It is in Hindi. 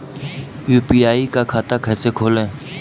यू.पी.आई का खाता कैसे खोलें?